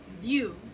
view